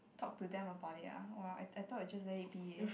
talk to them about their !wah! I I though it just let it be eh